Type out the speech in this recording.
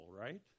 right